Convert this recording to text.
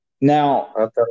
Now